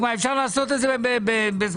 מה, אפשר לעשות את זה בזמן קצר.